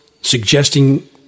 suggesting